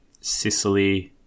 Sicily